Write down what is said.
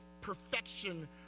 perfection